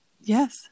Yes